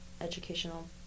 educational